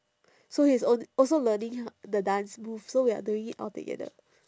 so he is al~ also learning h~ the dance move so we are doing it all together